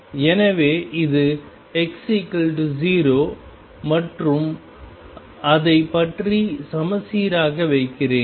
எனவே இது x0 மற்றும் அதைப் பற்றி சமச்சீராக வைக்கிறேன்